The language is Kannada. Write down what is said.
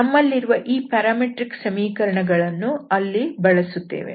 ನಮ್ಮಲ್ಲಿರುವ ಈ ಪ್ಯಾರಾಮೆಟ್ರಿಕ್ ಸಮೀಕರಣಗಳನ್ನು ಅಲ್ಲಿ ಬಳಸುತ್ತೇವೆ